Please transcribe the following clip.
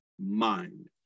mind